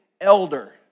elder